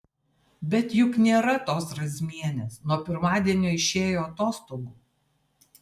bet juk nėra tos razmienės nuo pirmadienio išėjo atostogų